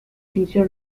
teacher